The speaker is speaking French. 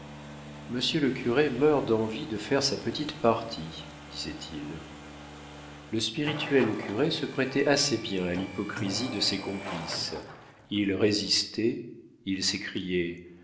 monsieur le curé meurt d'envie de faire sa petite partie disaient-ils le spirituel curé se prêtait assez bien à l'hypocrisie de ses complices il résistait il